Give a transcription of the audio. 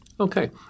Okay